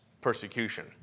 persecution